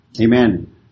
Amen